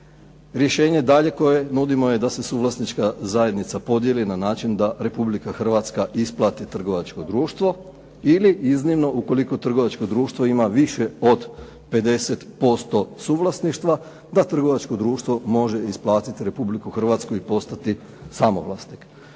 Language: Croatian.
Rješenje dalje koje nudimo je da se suvlasnička zajednica podijeli na način da Republika Hrvatska isplati trgovačko društvo ili iznimno ukoliko trgovačko društvo ima više od 50% suvlasništva, da trgovačko društvo može isplatiti Republiku Hrvatsku i postati samovlasnik.